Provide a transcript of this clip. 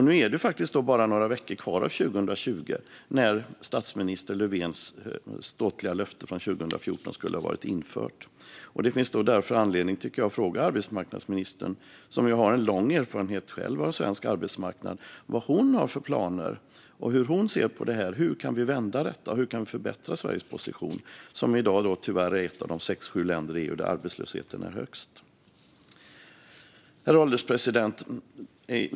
Nu är det bara några veckor kvar av 2020, när statsminister Löfvens ståtliga löfte från 2014 skulle ha infriats. Det finns därför anledning att fråga arbetsmarknadsministern, som själv har lång erfarenhet av svensk arbetsmarknad, vad hon har för planer och hur hon ser att vi kan vända detta och förbättra Sveriges position. Tyvärr är Sverige i dag ett av de sex sju länder i EU där arbetslösheten är högst. Herr ålderspresident!